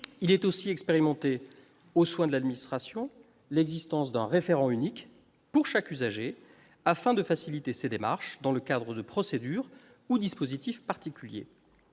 Sera aussi expérimenté, au sein de l'administration, un référent unique, pour chaque usager, afin de faciliter les démarches dans le cadre de procédures ou dispositifs particuliers.